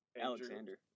Alexander